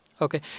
Okay